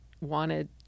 wanted